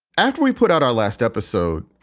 after we put out our last episode,